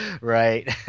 Right